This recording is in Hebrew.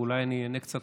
ואולי אני אענה קצת